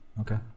okay